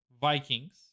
Vikings